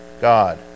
God